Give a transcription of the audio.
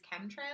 chemtrails